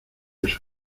eso